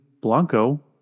Blanco